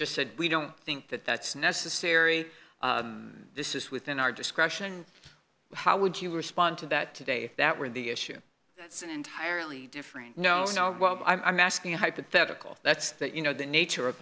just said we don't think that that's necessary this is within our discretion how would you respond to that today if that were the issue that's an entirely different you know i'm asking a hypothetical that's that you know the nature of